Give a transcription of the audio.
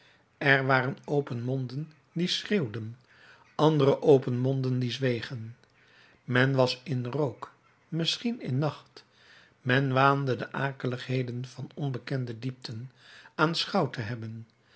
er waren open monden die schreeuwden andere open monden die zwegen men was in rook misschien in nacht men waande de akeligheden van onbekende diepten aanschouwd te hebben